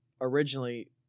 originally